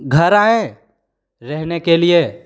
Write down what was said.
घर आएँ रहने के लिए